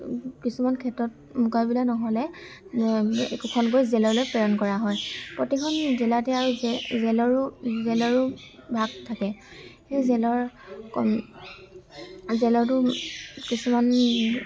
কিছুমান ক্ষেত্ৰত মকামিলা নহ'লে একোখনকৈ জেললৈ প্ৰেৰণ কৰা হয় প্ৰতিখন জিলাতে আৰক্ষীয়ে জেলৰো জেলৰো ভাগ থাকে সেই জেলৰ জেলতো কিছুমান